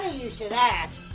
ah you should ask